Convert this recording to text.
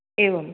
एवम्